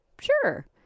Sure